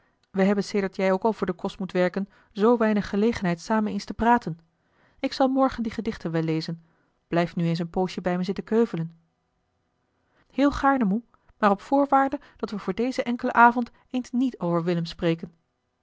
we hebben sedert jij ook al voor den kost moet werken zoo weinig gelegenheid samen eens te praten ik zal morgen die gedichten wel lezen blijf nu eens een poosje bij me zitten keuvelen heel gaarne moe maar op voorwaarde dat we voor dezen enkelen avond eens niet over willem spreken